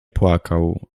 płakał